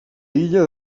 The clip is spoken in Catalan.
illa